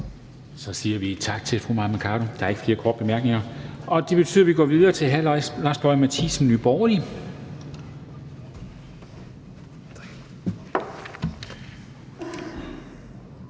Så siger vi tak til fru Mai Mercado. Der er ikke flere korte bemærkninger, og det betyder, at vi går videre til hr. Lars Boje Mathiesen, Nye Borgerlige.